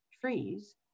trees